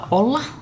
olla